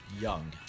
young